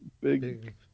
Big